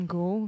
go